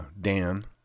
dan